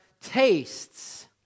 tastes